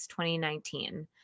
2019